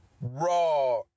raw